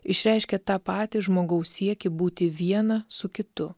išreiškia tą patį žmogaus siekį būti viena su kitu